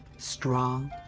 strong.